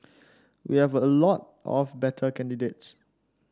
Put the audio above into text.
we have a lot of better candidates